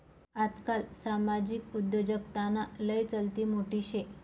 आजकाल सामाजिक उद्योजकताना लय चलती मोठी शे